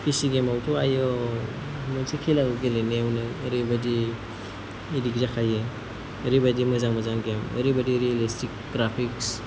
P सि गेमावथ' आयो मोनसे खेला गेलेनायावनो ओरैबायदि एडिक्ट जाखायो ओरैबादि मोजां मोजां गेम ओरैबादि रियेलिस्टिक ग्राफिक्स